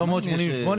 100 אחוזים משרה?